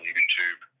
YouTube